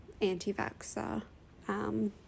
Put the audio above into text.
anti-vaxxer